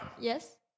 Yes